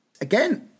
Again